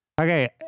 Okay